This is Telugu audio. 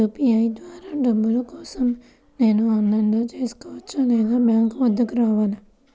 యూ.పీ.ఐ ద్వారా డబ్బులు కోసం నేను ఆన్లైన్లో చేసుకోవచ్చా? లేదా బ్యాంక్ వద్దకు రావాలా?